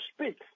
speak